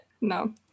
No